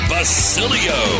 Basilio